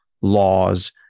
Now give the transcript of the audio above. laws